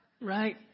right